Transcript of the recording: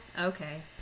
okay